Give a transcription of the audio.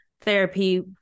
therapy